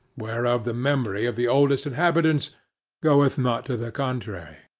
whereof the memory of the oldest inhabitants goeth not to the contrary.